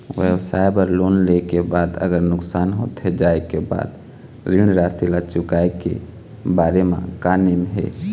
व्यवसाय बर लोन ले के बाद अगर नुकसान होथे जाय के बाद ऋण राशि ला चुकाए के बारे म का नेम हे?